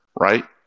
right